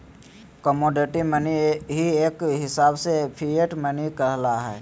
commodity money ही एक हिसाब से फिएट मनी कहला हय